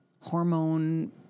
hormone